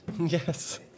Yes